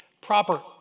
proper